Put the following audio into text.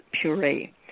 puree